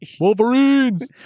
Wolverines